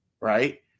right